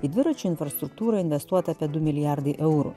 į dviračių infrastruktūrą investuota apie du milijardai eurų